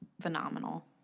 Phenomenal